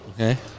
Okay